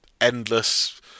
endless